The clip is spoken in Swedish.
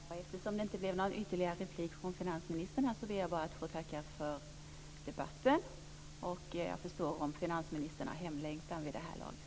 Fru talman! Eftersom det inte blev någon ytterligare replik från finansministern ber jag bara att få tacka för debatten. Jag förstår att om finansministern har hemlängtan vid det här laget.